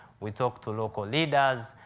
we talk to local leaders.